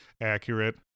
accurate